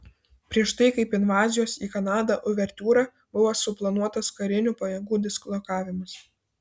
prieš tai kaip invazijos į kanadą uvertiūra buvo suplanuotas karinių pajėgų dislokavimas